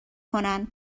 کنن